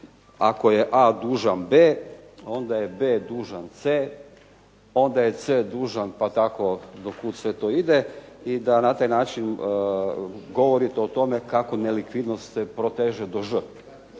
ako je A dužan B, onda je B dužan C, onda je C dužan pa tako do kud sve to ide i da na taj način govorite o tome kako nelikvidnost se proteže do Ž.